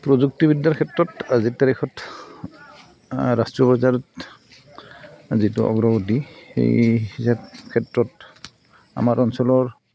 প্ৰযুক্তিবিদ্যাৰ ক্ষেত্ৰত আজিৰ তাৰিখত ৰাষ্ট্ৰীয় বজাৰত যিটো অগ্ৰগতি সেইৰ ক্ষেত্ৰত আমাৰ অঞ্চলৰ